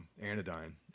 Anodyne